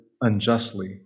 unjustly